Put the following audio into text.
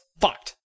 fucked